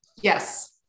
Yes